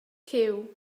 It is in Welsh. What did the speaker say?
cyw